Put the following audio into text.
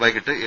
വൈകീട്ട് എൽ